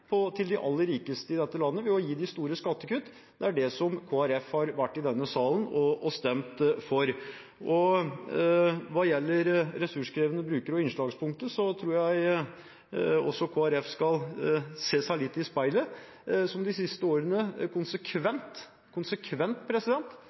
på å prioritere de store pengene til de aller rikeste i dette landet ved å gi dem store skattekutt. Det har Kristelig Folkeparti stemt for i denne salen. Hva gjelder ressurskrevende brukere og innslagspunktet tror jeg Kristelig Folkeparti skal se seg litt i speilet, for de har de siste årene